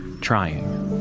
trying